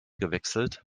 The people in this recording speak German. gewechselt